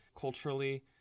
culturally